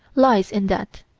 lies in that,